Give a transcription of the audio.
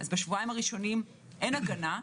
אז בשבועיים הראשונים אין הגנה,